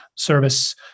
service